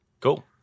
Cool